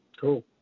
Cool